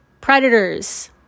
Predators